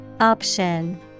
Option